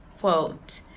quote